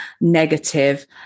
negative